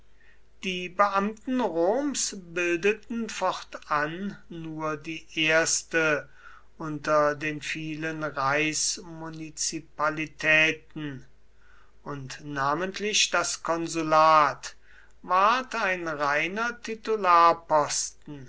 die beamten roms bildeten fortan nur die erste unter den vielen reichsmunizipalitäten und namentlich das konsulat ward ein reiner